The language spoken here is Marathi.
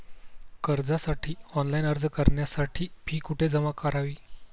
कर्जासाठी ऑनलाइन अर्ज करण्यासाठी फी कुठे जमा करावी?